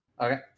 Okay